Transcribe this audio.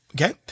okay